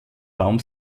baum